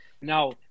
Now